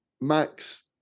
Max